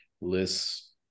lists